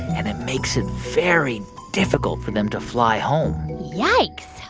and it makes it very difficult for them to fly home yikes.